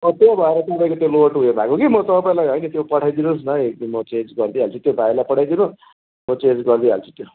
अँ त्यो भएर तपाईँको त्यो लोड उयो भएको कि म तपाईँलाई होइन त्यो पठाइदिनु होस् न एक दिन म चेन्ज गरिदिई हाल्छु त्यो भाइलाई पठाइदिनु म चेन्ज गरिदिई हाल्छु त्यो